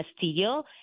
Castillo